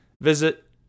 Visit